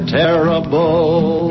terrible